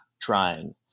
trying